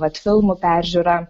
vat filmų peržiūra